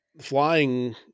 flying